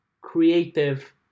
creative